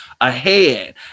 ahead